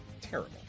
Terrible